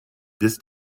this